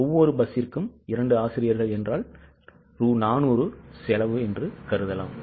எனவே ஒவ்வொரு பஸ்ஸிற்கும் செலவு 400 ரூபாய்